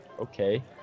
okay